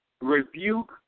rebuke